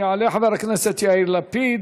יעלה חבר הכנסת לפיד,